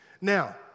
Now